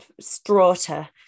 Strata